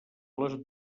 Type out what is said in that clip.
les